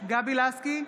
גבי לסקי,